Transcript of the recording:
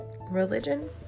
religion